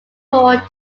poor